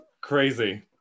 crazy